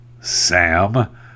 Sam